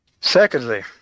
Secondly